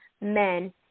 men